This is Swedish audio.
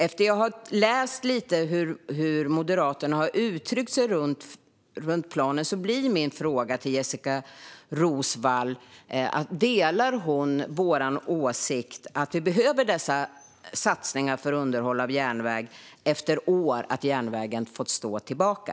Efter att ha läst lite om hur Moderaterna har uttryckt sig om planen blir min fråga till Jessika Roswall: Delar Jessika Roswall vår åsikt att dessa satsningar på underhåll av järnväg behövs efter år av att järnvägen fått stå tillbaka?